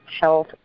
health